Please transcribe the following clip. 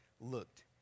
looked